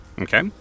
Okay